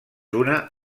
una